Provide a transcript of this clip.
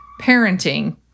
parenting